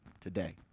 today